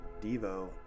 Devo